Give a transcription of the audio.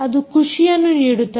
ಅದು ಖುಷಿಯನ್ನು ನೀಡುತ್ತದೆ